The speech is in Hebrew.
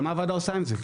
אבל מה הוועדה עושה עם זה?